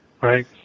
right